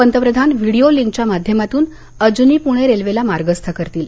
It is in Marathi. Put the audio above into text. पंतप्रधान व्हिडीओ लिंकच्या माध्यमातून अजनी पूणे रेल्वेला मार्गस्थ करतील